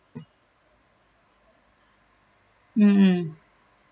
mm